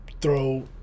throw